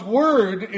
word